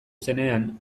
zenean